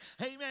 amen